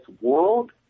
world